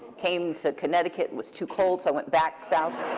came to connecticut, was too cold, so i went back south.